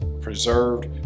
preserved